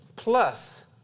Plus